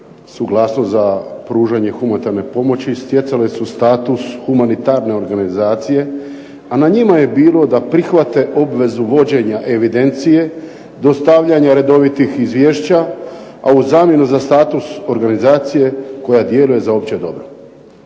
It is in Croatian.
suglasnost za pružanje humanitarne pomoći stjecale su status humanitarne organizacije a na njima je bilo da prihvate obvezu vođenja evidencije, dostavljanja redovitih izvješća, a u zamjenu za status organizacije koja djeluje za opće dobre.